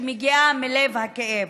שמגיעה מלב הכאב.